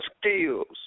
skills